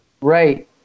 Right